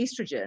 estrogen